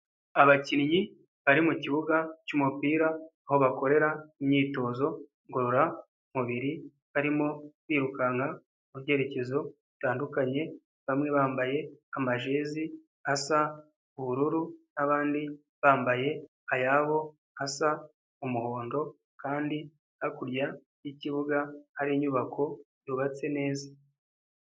Abakinnyi bari mu kibuga cy'umupira aho bakorera imyitozo ngororamubiri, barimo kwirukanka mu byerekezo bitandukanye, bamwe bambaye amajezi asa ubururu n'abandi bambaye ayabo asa umuhondo kandi hakurya y'ikibuga hari inyubako yubatse neza.